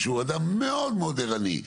שהוא אדם מאוד מאוד עירני,